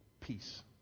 Peace